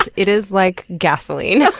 it it is like gasoline.